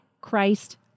Christ